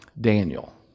Daniel